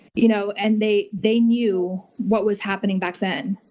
you know, and they they knew what was happening back then.